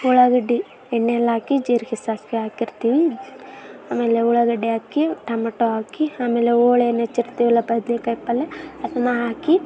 ಉಳ್ಳಾಗಡ್ಡೆ ಎಣ್ಣೆಲ್ಲಿ ಹಾಕಿ ಜೀರಿಗೆ ಸಾಸಿವೆ ಹಾಕಿರ್ತೀವಿ ಆಮೇಲೆ ಉಳ್ಳಾಗಡ್ಡೆ ಹಾಕಿ ಟಮಟೊ ಹಾಕಿ ಆಮೇಲೆ ಹೋಳೇನ್ ಹೆಚ್ಚಿರ್ತೀವಲ ಬದ್ನೆಕಾಯಿ ಪಲ್ಯ ಅದನ್ನು ಹಾಕಿ